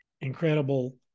incredible